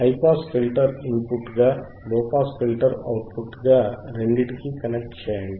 high pass filter input గా low pass filter output గా రెండింటినీ కనెక్ట్ చేయండి